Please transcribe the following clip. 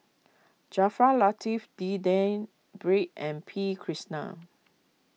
Jaafar Latiff D N Pritt and P Krishnan